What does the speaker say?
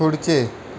पुढचे